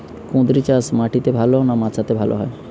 কুঁদরি চাষ মাটিতে ভালো হয় না মাচাতে ভালো হয়?